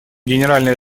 генеральной